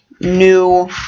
new